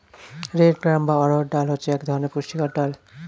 red gram বা অড়হর ডাল হচ্ছে এক ধরনের পুষ্টিকর ডাল